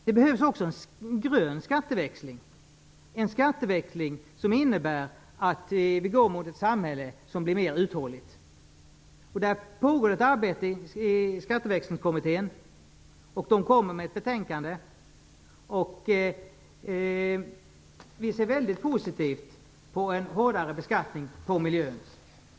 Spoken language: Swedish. Det behövs också en grön skatteväxling - en skatteväxling som innebär att vi går mot ett samhälle som blir mer uthålligt. Det pågår ett arbete i Skatteväxlingskommittén, och det kommer ett betänkande. Vi ser väldigt positivt på en hårdare beskattning på miljön.